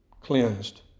cleansed